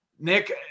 Nick